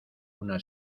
una